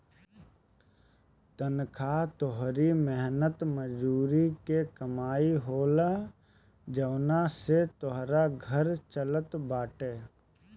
तनखा तोहरी मेहनत मजूरी के कमाई होला जवना से तोहार घर चलत बाटे